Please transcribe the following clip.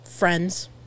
friends